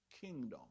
kingdom